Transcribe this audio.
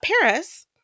Paris